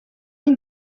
این